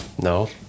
no